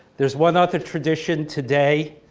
there's one other tradition today.